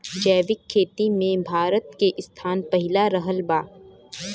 जैविक खेती मे भारत के स्थान पहिला रहल बा